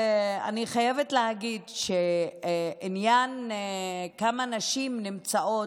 אני חייבת להגיד שהעניין של כמה נשים נמצאות,